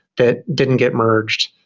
that didn't get merged.